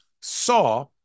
saw